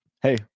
hey